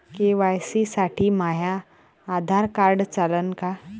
KYC साठी माह्य Aadhaar card चालन का?